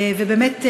ובאמת,